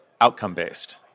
outcome-based